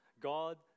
God